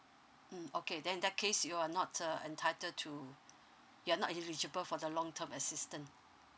mm okay then in that case you're not uh entitle to you're not eligible for the long term assistant